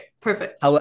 Perfect